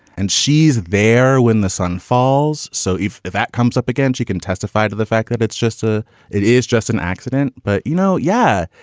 and she's there when the sun falls. so if if that comes up again, she can testify to the fact that it's just a it is just an accident. but, you know, yeah,